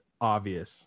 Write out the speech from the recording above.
obvious